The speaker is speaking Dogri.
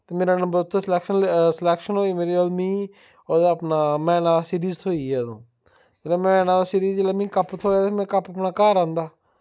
ते मेरा नंबर उत्थै स्लैक्शन होई मेरी ते मी ओह्दा अपना मैन्न ऑफ सीरीज थ्होई ऐ जरो जेल्ले मैन्न ऑफ सीरीज जेल्लै मिगी कप्प थ्होएआ ते में कप्प अपने गर आंह्दा